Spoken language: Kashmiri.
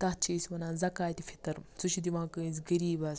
تَتھ چھِ أسۍ وَنان زَکاتہِ فِطٕر سُہ چھُ دِوان کٲنسہِ غریٖبَس